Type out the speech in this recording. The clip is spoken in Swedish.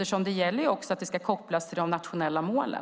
Det gäller att det ska kopplas till de nationella målen.